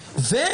עושים,